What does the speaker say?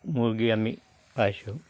মুৰ্গী আমি পাইছোঁ